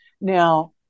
Now